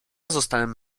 zostałem